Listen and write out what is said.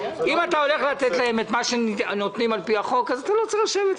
אם אתה הולך לתת להם את מה שנותנים על פי החוק אז אתה לא צריך לשבת,